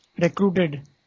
recruited